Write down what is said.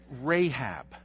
Rahab